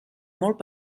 molt